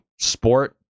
sport